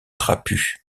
trapu